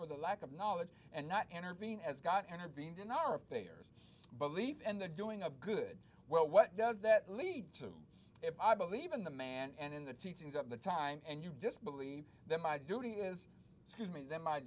for the lack of knowledge and not intervene as got intervened in our affairs belief and the doing of good well what does that lead to if i believe in the man and in the teachings of the time and you just believe that my duty is scuse me then my